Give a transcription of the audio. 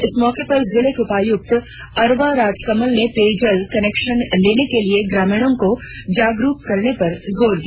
इस मौके पर जिले के उपायुक्त अरवा राजकमल ने पेयजल कनेक्शन लेने के लिए ग्रामीणों को जागरुक करने पर जोर दिया